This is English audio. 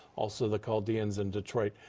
also the cal deans in detroit.